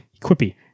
Quippy